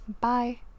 Bye